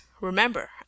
Remember